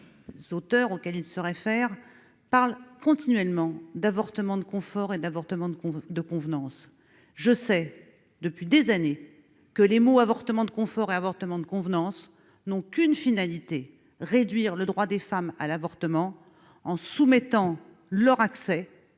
les sauteurs auquel il se réfère parle continuellement d'avortement de confort et d'avortement de con de convenance, je sais depuis des années que les mots avortement de confort et avortement de convenance non qu'une finalité : réduire le droit des femmes à l'avortement, en soumettant leur accès